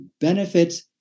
benefits